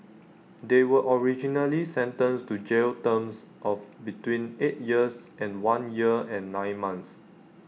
they were originally sentenced to jail terms of between eight years and one year and nine months